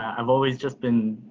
i've always just been,